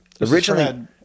originally